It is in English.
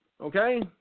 Okay